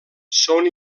són